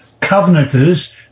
Covenanters